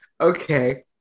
okay